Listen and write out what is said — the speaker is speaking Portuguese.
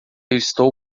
estou